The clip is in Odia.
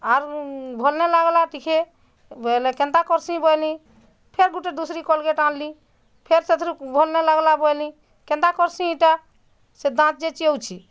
ଆର୍ ଭଲ୍ ନାଇଁ ଲାଗ୍ଲା ଟିକେ ବଇଲେ କେନ୍ତା କର୍ସିଁ ବଇଁନି ଫେର୍ ଗୁଟେ ଦୁସରି କୋଲଗେଟ୍ ଆନଲି ଫେର୍ ସେଥିରୁ ଭଲ୍ ନାଇଁ ଲାଗ୍ଲା ବଁଏଲି କେନ୍ତା କର୍ସିଁ ଇଟା ସେ ଦାନ୍ତ ଯେ ଚିଅଁଉଛି